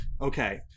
Okay